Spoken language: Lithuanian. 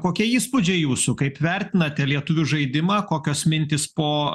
kokie įspūdžiai jūsų kaip vertinate lietuvių žaidimą kokios mintys po